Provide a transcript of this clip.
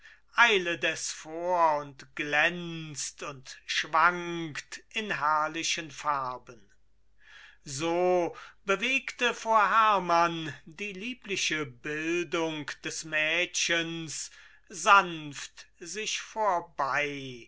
eilet es vor und glänzt und schwankt in herrlichen farben so bewegte vor hermann die liebliche bildung des mädchens sanft sich vorbei